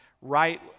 right